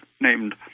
named